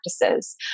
practices